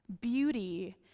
beauty